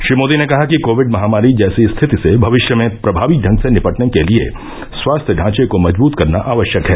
श्री मोदी ने कहा कि कोविड महामारी जैसी स्थिति से भविष्य में प्रभावी ढंग से निपटने के लिए स्वास्थ्य ढांचे को मजबूत करना आवश्यक है